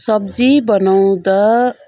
सब्जी बनाउँदा